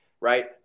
right